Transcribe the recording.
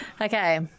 Okay